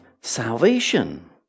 salvation